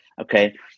okay